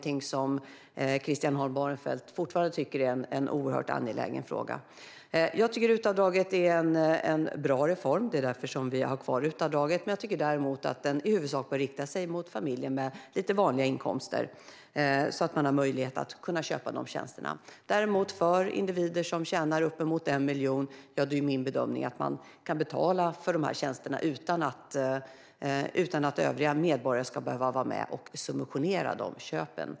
Tycker Christian Holm Barenfeld fortfarande att det är en oerhört angelägen fråga? RUT-avdraget är en bra reform, och det är därför vi har kvar det. Jag tycker dock att det i huvudsak ska rikta sig till familjer med lite vanliga inkomster så att de har möjlighet att köpa dessa tjänster. Men när det gäller individer som tjänar uppemot 1 miljon är min bedömning att de kan betala för dessa tjänster utan att övriga medborgare ska behöva subventionera dessa köp.